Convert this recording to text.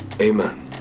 Amen